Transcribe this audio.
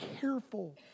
careful